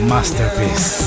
Masterpiece